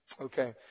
Okay